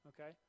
okay